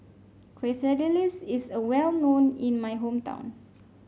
quesadillas is a well known in my hometown